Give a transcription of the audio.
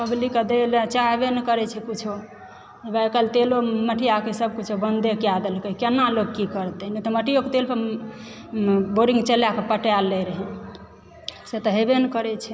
पब्लिककऽ दै लऽ चाहबै नहि करै छै कुछो ओएह आइकाल्हि तेलो मटियाके सब कुछ बन्दे कै देलकै केना लोक की करतै नहि तऽ मटियोके तेल पर बोरिंङ्ग चला कऽ पटा लै रहै से तऽ हेबे नहि करै छै